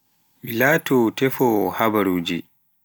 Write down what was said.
Mi laato teffowoo habaruuji